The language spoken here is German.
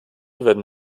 werden